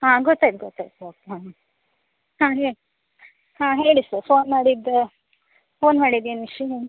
ಹಾಂ ಗೊತ್ತಾಯ್ತು ಗೊತ್ತಾಯ್ತು ಓಕೆ ಹಾಂ ಹಾಂ ಹಾಂ ಹೆ ಹಾಂ ಹೇಳಿ ಸರ್ ಫೋನ್ ಮಾಡಿದ್ದು ಫೋನ್ ಮಾಡಿದ್ದು ಏನು ವಿಷಯ ಹೇಳಿ